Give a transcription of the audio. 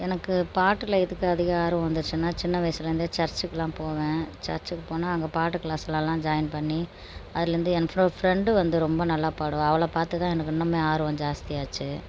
எனக்கு பாட்டில் எதுக்கு அதிக ஆர்வம் வந்துச்சுன்னா சின்ன வயசுலேந்தே சர்ச்சிக்குலாம் போவேன் சர்ச்க்கு போனால் அங்கே பாட்டு க்ளாஸ்லலாம் ஜாயின் பண்ணி அதுலந்து என்ட்ரோ ஃப்ரண்ட் வந்து ரொம்ப நல்லா பாடுவா அவளை பாத்துதான் எனக்கு இன்னுமே ஆர்வம் ஜாஸ்தியாச்சு